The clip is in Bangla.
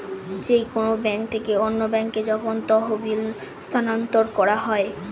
যে কোন ব্যাংক থেকে অন্য ব্যাংকে যখন তহবিল স্থানান্তর করা হয়